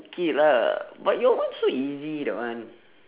okay lah but your one so easy that one